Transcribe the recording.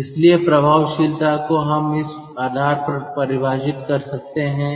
इसलिए प्रभावशीलता को हम इस आधार पर परिभाषित कर सकते हैं